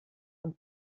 und